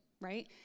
right